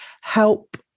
help